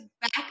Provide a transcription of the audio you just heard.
back